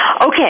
Okay